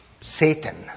Satan